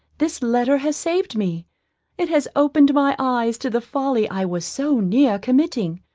this letter has saved me it has opened my eyes to the folly i was so near committing.